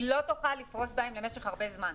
היא לא תוכל לפרוס שם במשך הרבה זמן.